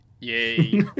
Yay